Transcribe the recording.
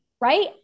Right